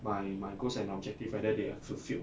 my my goals and objective whether they are fulfilled